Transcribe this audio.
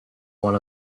one